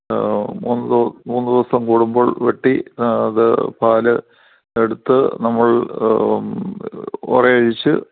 മൂന്ന് മൂന്ന് ദിവസം കൂടുമ്പോൾ വെട്ടി അത് പാൽ എടുത്ത് നമ്മൾ ഉറയൊഴിച്ച്